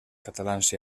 catalans